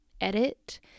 edit